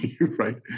right